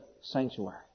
sanctuary